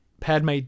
Padme